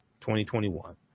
2021